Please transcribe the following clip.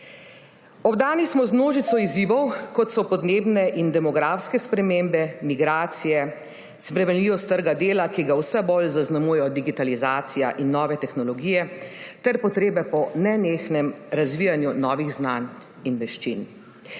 Obdani smo z množico izzivov, kot so podnebne in demografske spremembe, migracije, spremenljivost trga dela, ki ga vse bolj zaznamuje digitalizacija in nove tehnologije ter potrebe po nenehnem razvijanju novih znanj in veščin.